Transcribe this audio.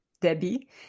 Debbie